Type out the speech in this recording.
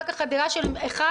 אחר-כך, חדירה של אחד,